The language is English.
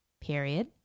period